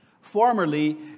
Formerly